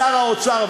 שר האוצר,